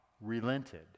relented